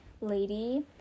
lady